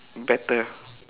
better ah